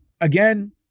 again